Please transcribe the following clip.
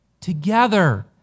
together